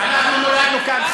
אנחנו נולדנו כאן.